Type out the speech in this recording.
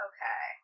Okay